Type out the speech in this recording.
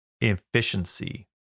efficiency